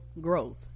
growth